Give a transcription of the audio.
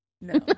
No